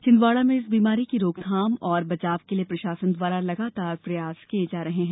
छिन्दवाड़ा में इस बीमारी की रोकथाम और बचाव के लिए प्रशासन द्वारा लगातार प्रयास किये जा रहें हैं